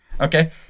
Okay